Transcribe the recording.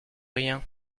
rien